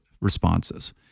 responses